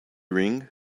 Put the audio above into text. ring